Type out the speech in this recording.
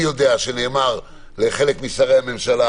אני יודע שנאמר לחלק משרי הממשלה